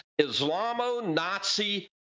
Islamo-Nazi